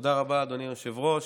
רבה, אדוני היושב-ראש.